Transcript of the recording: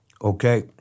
okay